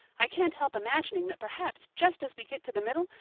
i can't help imagining that perhaps just as we get to the middle,